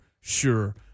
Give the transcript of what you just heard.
Sure